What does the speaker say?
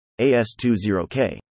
AS20K